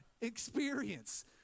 experience